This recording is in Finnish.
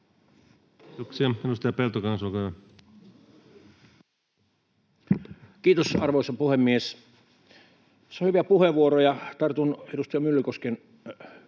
Kiitos, arvoisa puhemies!